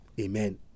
Amen